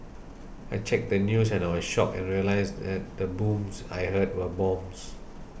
I checked the news and I was shocked and realised that the booms I heard were bombs